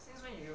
since when you